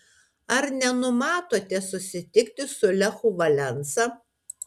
ar nenumatote susitikti su lechu valensa